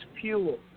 fuel